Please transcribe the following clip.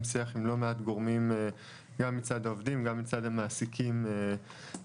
שיח עם לא מעט גורמים גם מצד העובדים גם מצד המעסיקים במשק.